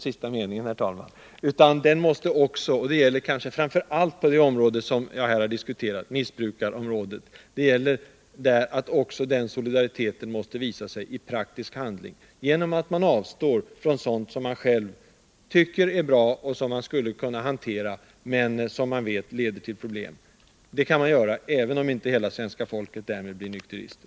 Den måste också — och det gäller kanske framför allt på det område som jag här har diskuterat, missbruksområdet — visas i praktisk handling, genom att man avstår från sådant som man själv tycker är bra och som man skulle kunna hantera men som man vet leder till problem för andra. Det kan vi göra, även om inte hela svenska folket i första taget blir nykterister.